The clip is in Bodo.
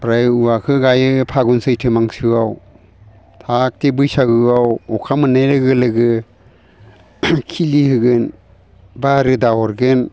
ओमफ्राय औवाखौ गायो फागुन सैथो मासोआव जाहाथे बैसागोआव अखा मोननाय लोगो लोगो खिलि होगोन बा रोदा हरगोन